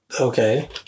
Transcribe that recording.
Okay